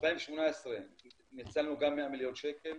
ב-2018 ניצלנו גם 100 מיליון שקל.